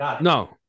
No